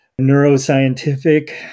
neuroscientific